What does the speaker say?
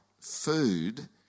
food